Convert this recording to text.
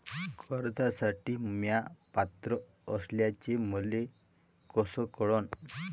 कर्जसाठी म्या पात्र असल्याचे मले कस कळन?